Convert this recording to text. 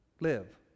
live